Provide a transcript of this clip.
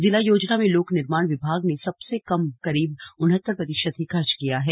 जिला योजना में लोकनिर्माण विभाग ने सबसे कम करीब उनहत्तर प्रतिशत ही खर्च किया है